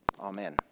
Amen